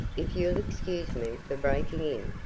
if you'll excuse me for breaking in,